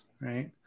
right